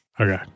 Okay